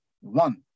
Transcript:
one